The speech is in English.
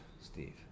Steve